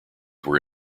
were